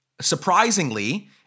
Surprisingly